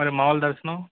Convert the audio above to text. మరి మాములు దర్శనం